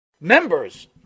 Members